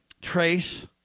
trace